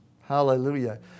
Hallelujah